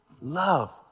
love